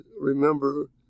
remember